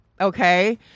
Okay